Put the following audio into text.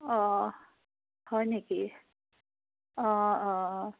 অঁ হয় নেকি অঁ অঁ